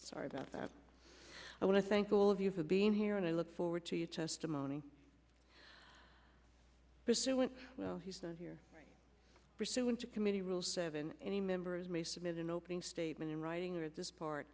sorry about that i want to thank all of you for being here and i look forward to your testimony pursuant to well he's not here pursuant to committee rules seven any members may submit an opening statement in writing of this part